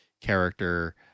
character